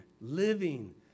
living